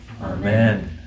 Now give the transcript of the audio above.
Amen